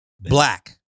Black